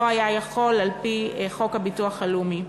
היה יכול לעשות זאת על-פי חוק הביטוח הלאומי.